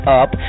up